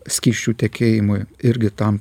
skysčių tekėjimui irgi tam